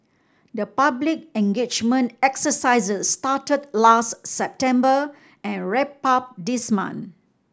the public engagement exercises started last September and wrapped up this month